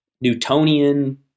Newtonian